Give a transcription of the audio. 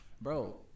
Bro